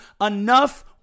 enough